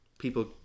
People